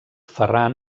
ferran